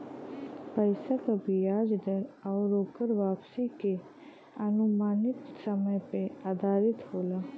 पइसा क बियाज दर आउर ओकर वापसी के अनुमानित समय पे आधारित होला